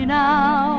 now